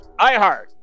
iHeart